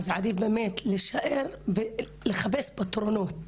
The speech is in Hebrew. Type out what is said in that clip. אז עדיף לחפש פתרונות,